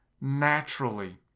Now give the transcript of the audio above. naturally